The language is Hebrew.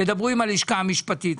תדברו עם הלשכה המשפטית,